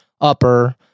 upper